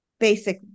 basic